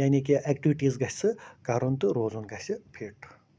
یعنی کہِ اٮ۪کٹِوٹیٖز گژھِ سُہ کَرُن تہٕ روزُن گژھِ فِٹ